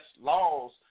laws